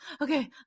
okay